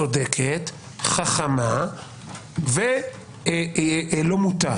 צודקת, חכמה ולא מוטה?